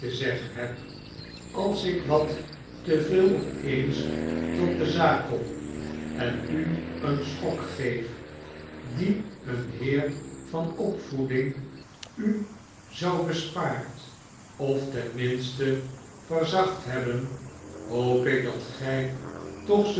zeggen heb als ik wat te veel op eens tot dezaak kom en u een schok geef dien een heer van opvoeding u zou bespaard of ten minste verzacht hebben hoop ik dat gij toch